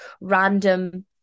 random